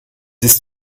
ist